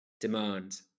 demand